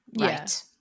Right